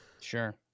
Sure